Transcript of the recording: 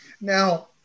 Now